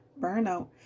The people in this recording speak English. burnout